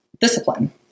discipline